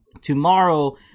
tomorrow